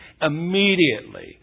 immediately